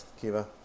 Kiva